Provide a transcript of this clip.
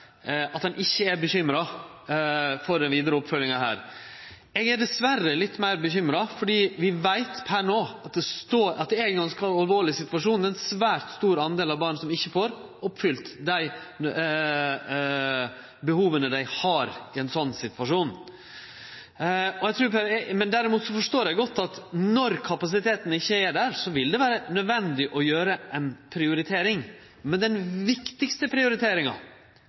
at han ikkje er bekymra for den vidare oppfølginga her. Eg er diverre litt meir bekymra, fordi vi per no veit at det er ein ganske alvorleg situasjon, med ein svært stor del barn som ikkje får dei behova dei har i ein slik situasjon, dekte. Eg forstår derimot godt at det vil vere naudsynt å gjere ei prioritering når kapasiteten ikkje er der. Den viktigaste prioriteringa